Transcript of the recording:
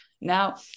Now